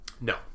No